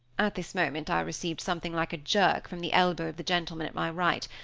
at this moment i received something like a jerk from the elbow of the gentleman at my right.